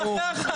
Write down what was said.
עד מתי החג?